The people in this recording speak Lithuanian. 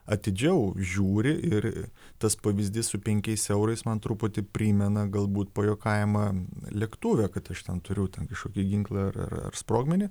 atidžiau žiūri ir tas pavyzdys su penkiais eurais man truputį primena gal būt pajuokavimą lėktuve kad aš ten turiu ten kažkokį ginklą ar ar ar sprogmenį